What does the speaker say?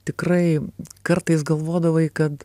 tikrai kartais galvodavai kad